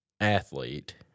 athlete